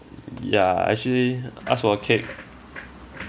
ya I actually asked for a cake